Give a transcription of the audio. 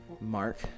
Mark